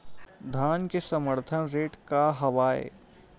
धान के समर्थन रेट का हवाय?